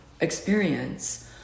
experience